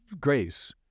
grace